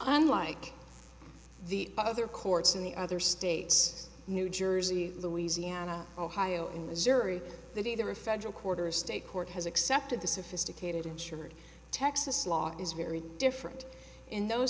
unlike the other courts in the other states new jersey louisiana ohio and missouri that either a federal court or a state court has accepted the sophisticated insured texas law is very different in those